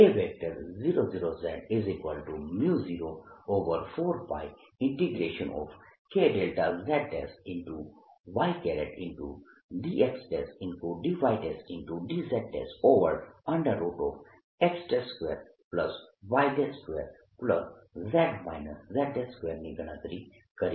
આપણે A00z04πK δz y dxdydzx2y2z z2 ની ગણતરી કરી છે